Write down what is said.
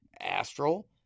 astral